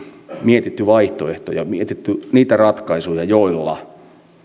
mietitty vaihtoehtoja mietitty niitä ratkaisuja joilla ne saavutetaan